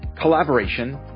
Collaboration